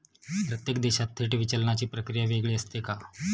प्रत्येक देशात थेट विचलनाची प्रक्रिया वेगळी असते का?